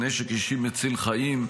"נשק אישי מציל חיים"